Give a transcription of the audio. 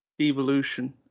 evolution